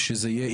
שזה יהיה,